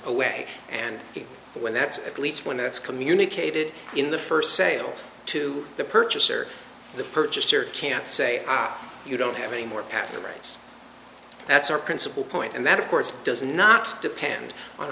away and when that's at least one that's communicated in the first sale to the purchaser the purchaser can't say you don't have any more patronize that's our principal point and that of course does not depend on